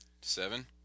Seven